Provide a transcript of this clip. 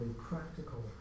practical